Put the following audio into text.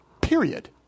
period